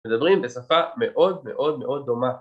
מדברים בשפה מאוד מאוד מאוד דומה.